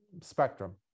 spectrum